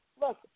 look